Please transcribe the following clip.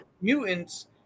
mutants